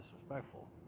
disrespectful